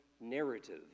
narrative